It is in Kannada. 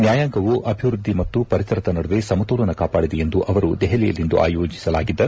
ನ್ಯಾಯಾಂಗವು ಅಭಿವೃದ್ದಿ ಮತ್ತು ಪರಿಸರದ ನಡುವೆ ಸಮತೋಲನ ಕಾಪಾಡಿದೆ ಎಂದು ಅವರು ದೆಪಲಿಯಲ್ಲಿಂದು ಆಯೋಜಿಸಲಾಗಿದ್ದ